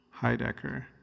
Heidecker